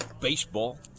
baseball